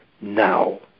now